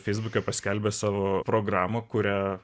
feisbuke paskelbė savo programą kurią